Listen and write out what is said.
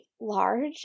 large